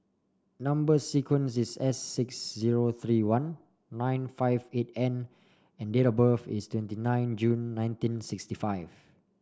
number sequence is S six zero three one nine five eight N and date of birth is twenty nine June nineteen sixty five